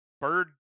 bird